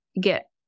get